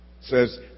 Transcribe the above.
says